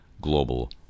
global